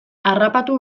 harrapatu